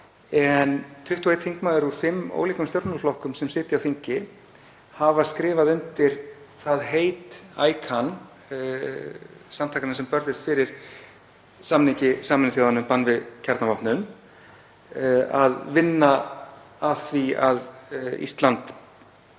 21 þingmaður úr fimm ólíkum stjórnmálaflokkum sem sitja á þingi hafa skrifað undir það heit ICAN-samtakanna, sem börðust fyrir samningi Sameinuðu þjóðanna um bann við kjarnavopnum, að vinna að því að Ísland